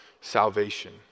salvation